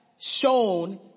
shown